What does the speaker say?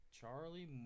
Charlie